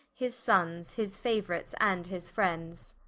his sonnes, his fauorites, and his friends